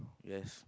yes